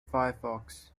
firefox